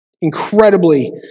incredibly